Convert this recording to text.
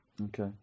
Okay